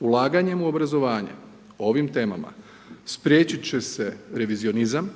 Ulaganjem u obrazovanje o ovim temama spriječit će se revizionizam,